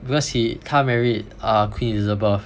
because he can't married err Queen Elizabeth